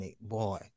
Boy